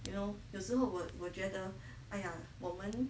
you know 有时候我我觉得 !aiya! 我们